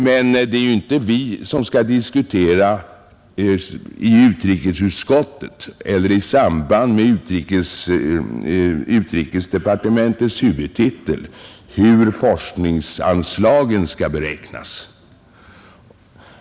Men det är ju inte vi som i utrikesutskottet eller i samband med utrikesdepartementets huvudtitel skall diskutera hur forskningsanslagen skall beräknas.